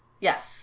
Yes